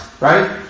right